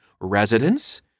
residence